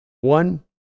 one